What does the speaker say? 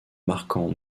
marquant